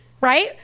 right